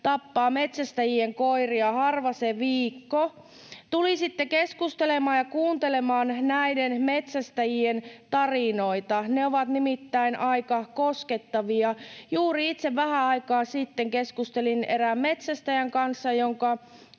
tappaa metsästäjien koiria harva se viikko. Tulisitte keskustelemaan ja kuuntelemaan näiden metsästäjien tarinoita. Ne ovat nimittäin aika koskettavia. Juuri itse vähän aikaa sitten keskustelin erään metsästäjän kanssa, jonka